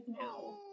now